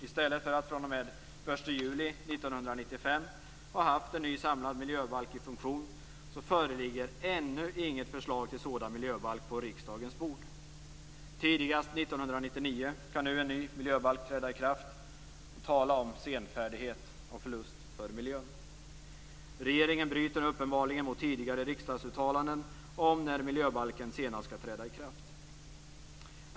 I stället för att fr.o.m. den 1 juli 1995 ha haft en ny samlad miljöbalk i funktion föreligger ännu inget förslag till en sådan miljöbalk på riksdagens bord. Tidigast 1999 kan nu en ny miljöbalk träda i kraft. Tala om senfärdighet och förlust för miljön! Regeringen bryter uppenbarligen mot tidigare riksdagsuttalanden om när miljöbalken senast skall träda i kraft.